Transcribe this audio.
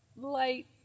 light